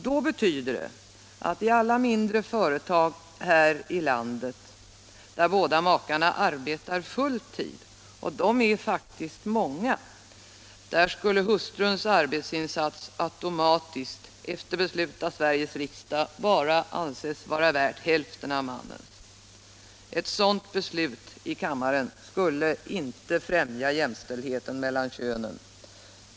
Det innebär att i alla mindre företag här i landet där båda makarna arbetar full tid, och det förekommer faktiskt ofta, skulle hustruns arbetsinsats automatiskt, efter beslut av Sveriges riksdag, bara anses vara värd hälften av mannens. Ett sådant beslut i kammaren skulle inte främja jämställdheten mellan könen.